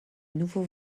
nouveaux